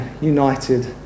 united